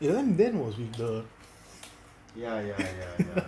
that time dan was with the